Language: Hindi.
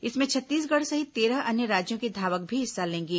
इसमें छत्तीसगढ़ सहित तेरह अन्य राज्यों के धावक भी हिस्सा लेंगे